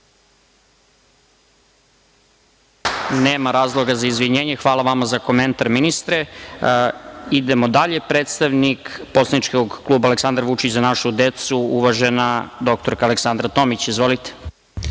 Nema razloga za izvinjenje, hvala vama za komentar, ministre. Idemo dalje. Predstavnik poslaničke kluba Aleksandar Vučić – Za našu decu, uvažena dr Aleksandra Tomić. Izvolite.